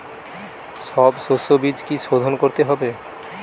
সব শষ্যবীজ কি সোধন করতে হবে?